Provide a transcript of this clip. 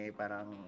parang